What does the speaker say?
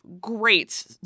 Great